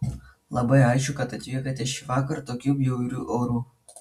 labai ačiū kad atvykote šįvakar tokiu bjauriu oru